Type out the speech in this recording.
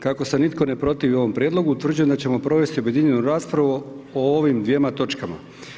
Kako se nitko ne protivi ovom prijedlogu, utvrđujem da ćemo provesti objedinjenu raspravu o ovim dvjema točkama.